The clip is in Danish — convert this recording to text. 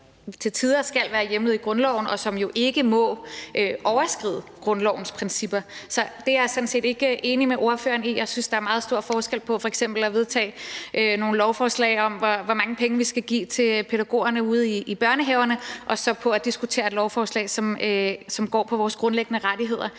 til tider skal være hjemlet i grundloven, og som jo ikke må overskride grundlovens principper. Så det er jeg sådan set ikke enig med ordføreren i. Jeg synes, der er meget stor forskel på f.eks. at vedtage nogle lovforslag om, hvor mange penge vi skal give til pædagogerne ude i børnehaverne, og så at diskutere et lovforslag, som går på vores grundlæggende rettigheder.